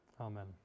Amen